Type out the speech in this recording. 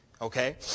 okay